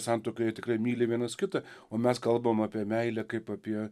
santuokoj jie tikrai myli vienas kitą o mes kalbam apie meilę kaip apie